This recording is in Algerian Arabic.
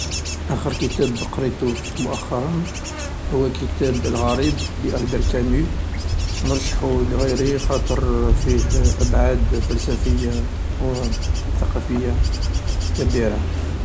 اخر كتاب قريت مأخرا هو كتاب "الغريب" لالبير كامو، نرشحو لغيري خاطر فيه ابعاد فلسفية و ثقافية كبيرة.